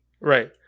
Right